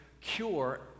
Cure